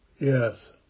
Yes